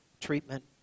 treatment